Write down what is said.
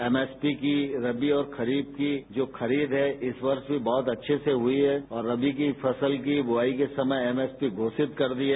MSP की रबी और खरीफ की जो खरीद है इस वर्ष भी बहुत अच्छे से हुई है और रबी की फसल की बुआई के समय एमएसपी घोषित कर दी है